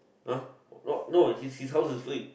!huh! not no his house is free